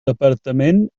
departament